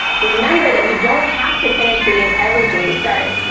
remember that you don't have to finish reading everything you start.